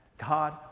god